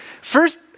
First